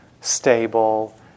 stable